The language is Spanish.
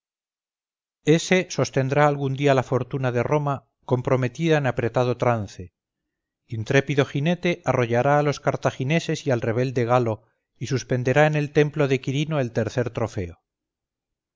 ese sostendrá algún día la fortuna de roma comprometida en apretado trance intrépido jinete arrollará a los cartagineses y al rebelde galo y suspenderá en el templo de quirino el tercer trofeo